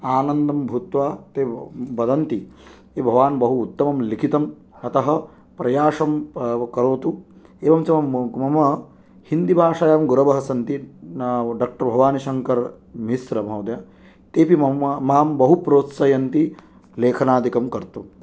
आनन्दं भूत्वा ते ब् वदन्ति भवान् बहु उत्तमं लेखितम् अतः प्रयासं करोतु एवञ्च मम हिन्दीभाषायां गुरुवः सन्ति डक्टर् भवानीशङ्करमिश्रमहोदयः तेऽपि मम मां बहु प्रोत्साहयन्ति लेखनादिकं कर्तुम्